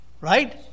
Right